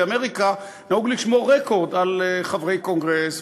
באמריקה נהוג לשמור רקורד על חברי קונגרס,